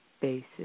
basis